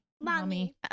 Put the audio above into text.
mommy